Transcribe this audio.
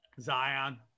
Zion